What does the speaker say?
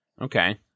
Okay